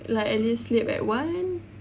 like at least sleep at one